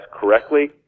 correctly